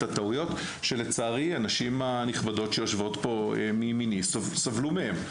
הטעויות שלצערי הנשים הנכבדות שיושבות פה מימיני סבלו מהם.